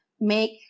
make